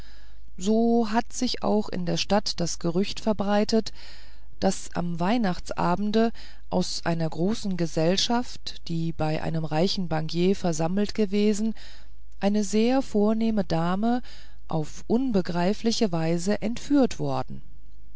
so hatte sich auch in der stadt das gerücht verbreitet daß am weihnachtsabende aus einer großen gesellschaft die bei einem reichen bankier versammelt gewesen eine sehr vornehme dame auf unbegreifliche weise entführt worden